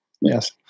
yes